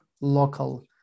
local